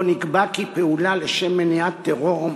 שבו נקבע כי פעולה לשם מניעת טרור,